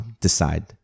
decide